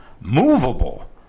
movable